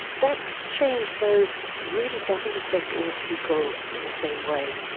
that's change though really doesn't affect all people in the same way.